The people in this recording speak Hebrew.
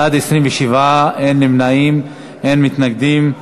בעד, 27, אין נמנעים ואין מתנגדים.